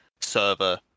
server